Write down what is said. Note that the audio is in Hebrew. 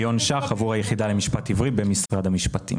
עכשיו הגיעה ממשלה חדשה, ממשלת שינוי וריפוי.